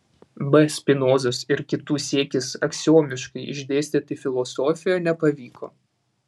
b spinozos ir kitų siekis aksiomiškai išdėstyti filosofiją nepavyko